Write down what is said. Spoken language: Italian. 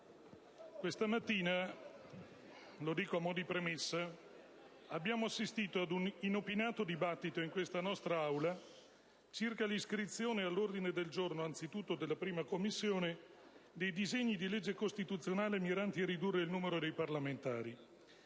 questa mattina - lo dico a mo' di premessa - abbiamo assistito ad un inopinato dibattito in questa nostra Aula circa l'iscrizione all'ordine del giorno, anzitutto della 1a Commissione, dei disegni di legge costituzionale miranti a ridurre il numero dei parlamentari.